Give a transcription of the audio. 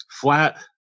flat